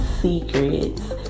secrets